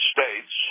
States